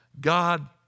God